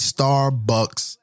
Starbucks